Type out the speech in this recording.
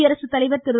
குடியரசுத்தலைவர் திரு